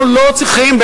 אנחנו לא צריכים.